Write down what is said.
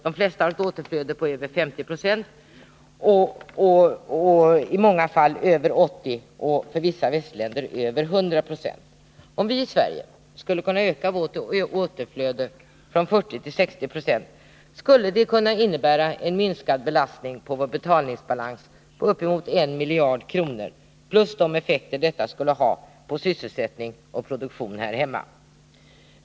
De flesta har ett återflöde på över 50 90, i många fall över 80 70, och för vissa västländer är siffran över 100 96. Om vi i Sverige skulle kunna öka vårt återflöde från 40 20 till 60 26, skulle det kunna innebära en minskad belastning på vår betalningsbalans med uppemot 1 miljard kronor — plus de effekter detta skulle ha på sysselsättning och produktion här hemma.